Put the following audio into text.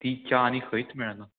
ती च्या आनी खंयच मेळना